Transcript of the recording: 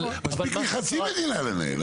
מספיק לי חצי מדינה לנהל.